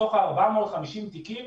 מתוך ה-450 תיקים